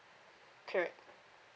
correct